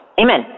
Amen